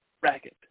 bracket